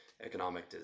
economic